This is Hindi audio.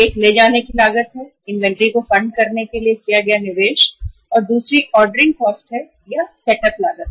एक ले जाने की लागत है इन्वेंट्री को फंड करने के लिए किया गया निवेश और दूसरा ऑर्डरिंग कॉस्ट है या सेटअप लागत